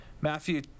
Matthew